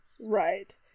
right